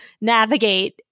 navigate